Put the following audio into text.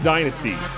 Dynasty